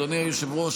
אדוני היושב-ראש,